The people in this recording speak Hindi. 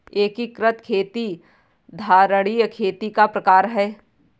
एकीकृत खेती धारणीय खेती का प्रकार है